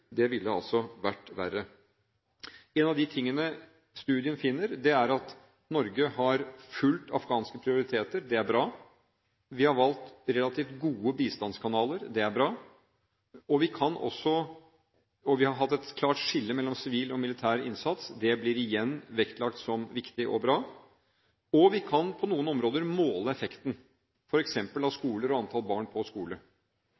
ville altså vært verre. Én av de tingene studien finner, er at Norge har fulgt afghanske prioriteter – det er bra. Vi har valgt relativt gode bistandskanaler – det er bra. Vi har hatt et klart skille mellom sivil og militær innsats – det blir igjen vektlagt som viktig og bra. Og vi kan på noen områder måle effekten, f.eks. av skoler og antall barn på skole.